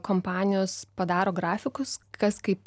kompanijos padaro grafikus kas kaip